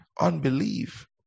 unbelief